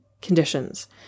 conditions